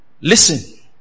Listen